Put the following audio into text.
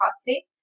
costly